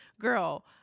girl